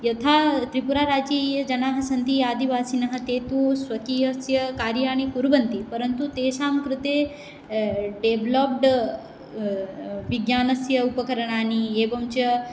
यथा त्रिपुराराज्ये ये जनाः सन्ति आदिवासिनः ते तु स्वकीयस्य कार्याणि कुर्वन्ति परन्तु तेषां कृते डेवलप्ड् विज्ञानस्य उपकरणानि एवं च